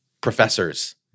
professors